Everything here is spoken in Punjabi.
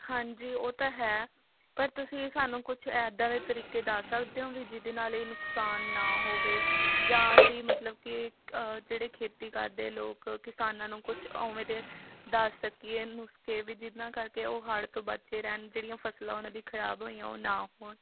ਹਾਂਜੀ ਉਹ ਤਾਂ ਹੈ ਪਰ ਤੁਸੀਂ ਸਾਨੂੰ ਕੁਛ ਇੱਦਾਂ ਦੇ ਤਰੀਕੇ ਦੱਸ ਸਕਦੇ ਹੋ ਵੀ ਜਿਹਦੇ ਨਾਲ ਇਹ ਨੁਕਸਾਨ ਨਾ ਹੋਵੇ ਜਾਂ ਅਸੀਂ ਮਤਲਬ ਕਿ ਜਿਹੜੇ ਖੇਤੀ ਕਰਦੇ ਲੋਕ ਕਿਸਾਨਾਂ ਨੂੰ ਕੁਛ ਉਵੇਂ ਦੇ ਦੱਸ ਸਕੀਏ ਨੁਸਖੇ ਕਿ ਜਿਹਨਾਂ ਕਰਕੇ ਉਹ ਹੜ੍ਹ ਤੋਂ ਬਚੇ ਰਹਿਣ ਜਿਹੜੀਆਂ ਫ਼ਸਲਾਂ ਉਹਨਾਂ ਦੀ ਖ਼ਰਾਬ ਹੋਈਆਂ ਉਹ ਨਾ ਹੋਣ